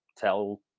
tell